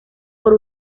por